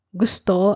gusto